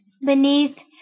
beneath